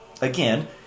Again